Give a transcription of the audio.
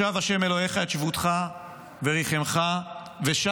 "ושב ה' אלהיך את שבותך ורִחֲמֶך ושב